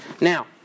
Now